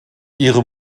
ihre